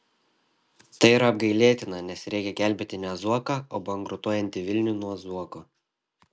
tai yra apgailėtina nes reikia gelbėti ne zuoką o bankrutuojantį vilnių nuo zuoko